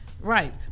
Right